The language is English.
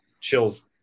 chills